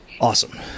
awesome